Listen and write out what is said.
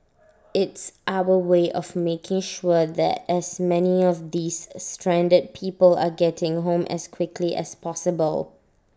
it's our way of making sure that as many of these stranded people are getting home as quickly as possible